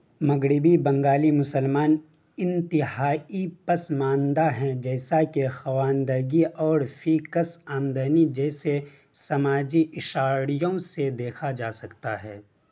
مغربی بنگالی مسلمان انتہائی پسماندہ ہیں جیسا کہ خواندگی اور فیکس آمدنی جیسے سماجی اشاریوں سے دیکھا جا سکتا ہے